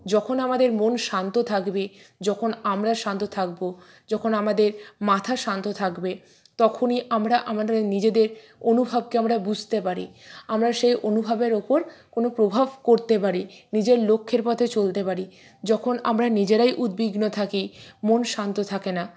যখন আমাদের মন শান্ত থাকবে যখন আমরা শান্ত থাকবো যখন আমাদের মাথা শান্ত থাকবে তখনই আমরা আমাদের নিজেদের অনুভবকে আমরা বুঝতে পারি আমরা সে অনুভবের ওপর কোনো প্রভাব করতে পারি নিজের লক্ষ্যের পথে চলতে পারি যখন আমরা নিজেরাই উদ্বিগ্ন থাকি মন শান্ত থাকে না